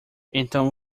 então